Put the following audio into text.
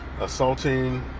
assaulting